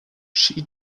she